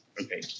okay